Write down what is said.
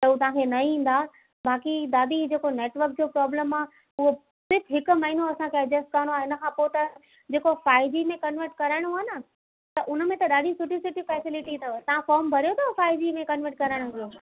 त हू तव्हांखे न ईंदा बाक़ी दादी जेको नेटवर्क जो प्रोब्लम आहे उहो टिप हिकु महिनो असांखे एडजस्ट करिणो आहे हिनखां पोइ त जेको फ़ाइव जी में कन्वर्ट कराइणो आहे न त उनमें त ॾाढी सुठी सुठी फ़ेसिलिटी अथव तव्हां फ़ॉर्म भरियो अथव फ़ाइव जी में कन्वर्ट करण जो